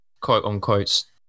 quote-unquote